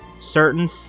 certain